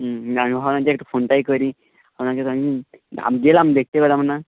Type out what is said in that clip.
হুম না আমি ভাবলাম যে একটু ফোনটাই করি আপনাকে তো আমি গেলাম দেখতে পেলাম না